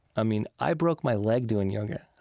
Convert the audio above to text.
i mean, i broke my leg doing yoga,